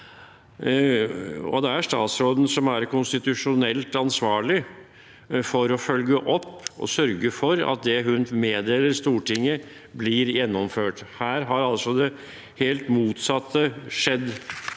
statsråden som er konstitusjonelt ansvarlig for å følge opp og sørge for at det hun meddeler Stortinget, blir gjennomført. Her har altså det helt motsatte skjedd.